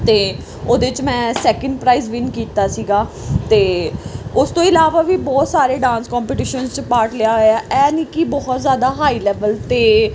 ਅਤੇ ਉਹਦੇ 'ਚ ਮੈਂ ਸੈਕਿੰਡ ਪ੍ਰਾਈਜ਼ ਵਿਨ ਕੀਤਾ ਸੀਗਾ ਅਤੇ ਉਸ ਤੋਂ ਇਲਾਵਾ ਵੀ ਬਹੁਤ ਸਾਰੇ ਡਾਂਸ ਕੋਂਪੀਟੀਸ਼ਨਸ 'ਚ ਪਾਰਟ ਲਿਆ ਹੋਇਆ ਇਹ ਨਹੀਂ ਕਿ ਬਹੁਤ ਜ਼ਿਆਦਾ ਹਾਈ ਲੈਵਲ 'ਤੇ